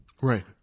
Right